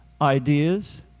Ideas